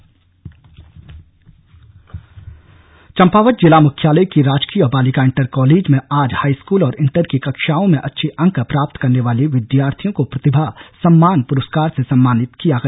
प्रतिभा सम्मान पुरस्कार चम्पावत जिला मुख्यालय के राजकीय बालिका इंटर कॉलेज में आज हाईस्कूल और इंटर की कक्षाओं में अच्छे अंक प्राप्त करने वाले विद्यार्थियों को प्रतिभा सम्मान पुरस्कार से सम्मानित किया गया